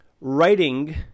writing